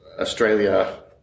Australia